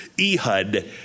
Ehud